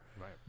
Right